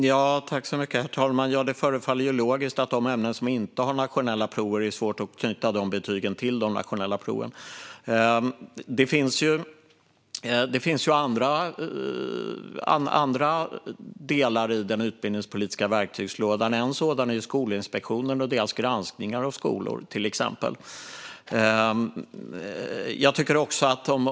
Herr talman! Det förefaller logiskt att det är svårt att knyta betygen till nationella prov i de ämnen som inte har nationella prov. Det finns ju andra verktyg i den utbildningspolitiska verktygslådan. Ett sådant är Skolinspektionen och deras granskningar av skolor, till exempel.